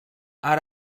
are